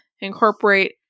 incorporate